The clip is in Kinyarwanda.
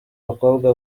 bakobwa